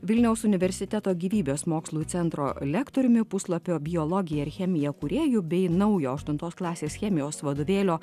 vilniaus universiteto gyvybės mokslų centro lektoriumi puslapio biologija ir chemija kūrėju bei naujo aštuntos klasės chemijos vadovėlio